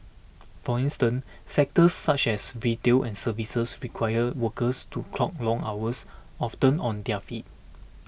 for instance sectors such as retail and services require workers to clock long hours often on their feet